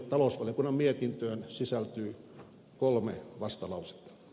talousvaliokunnan mietintöön sisältyy kolme vastaavat